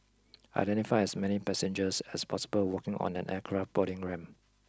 identify as many passengers as possible walking on an aircraft boarding ramp